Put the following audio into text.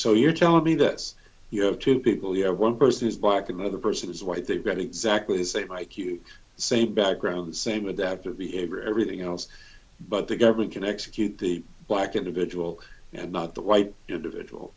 so you're telling me that you have two people you have one person is black another person is white they've got exactly the same i q same background same adaptive behavior everything else but the government can execute the black individual and not the white individual